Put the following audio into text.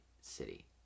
City